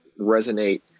resonate